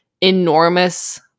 enormous